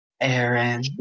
Aaron